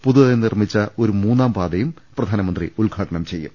പുതുതായി നിർമ്മിച്ച ഒരു മൂന്നാം പാതയും പ്രധാനമന്ത്രി ഉദ്ഘാടനം ചെയ്യും